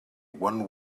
one